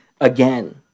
again